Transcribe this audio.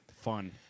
Fun